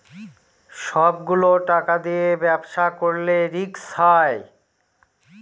সব গুলো টাকা দিয়ে ব্যবসা করলে রিস্ক হয়